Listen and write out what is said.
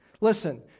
Listen